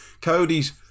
Cody's